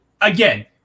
again